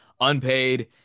unpaid